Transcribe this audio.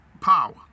power